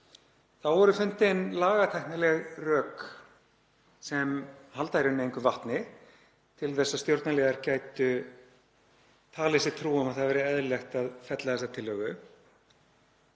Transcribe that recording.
Þá voru fundin lagatæknileg rök sem halda í rauninni engu vatni til að stjórnarliðar gætu talið sér trú um að það væri eðlilegt að fella þessa tillögu,